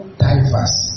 diverse